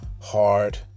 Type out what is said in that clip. hard